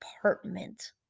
apartment